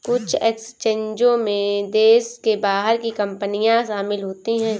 कुछ एक्सचेंजों में देश के बाहर की कंपनियां शामिल होती हैं